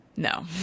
No